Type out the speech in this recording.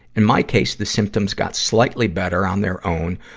in my case, the symptoms got slightly better on their own,